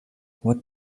what